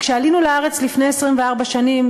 כשעלינו לארץ לפני 24 שנים,